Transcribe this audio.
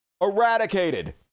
eradicated